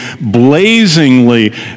blazingly